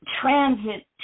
transit